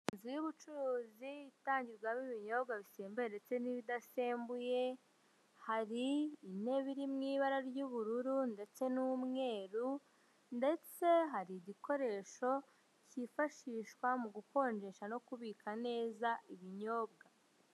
Mu nzu y'ubucuruzi itangirwamo ibinyobwa bisembuye ndetse n'ibidasembuye hari intebe iri mu ibara ry'ubururu ndetse n'umweru ndetse hari igikoresho kifashishwa mu gukonjesha no kubika neza ibinyobwa.